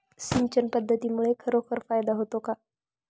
सिंचन पद्धतीमुळे खरोखर फायदा होतो का?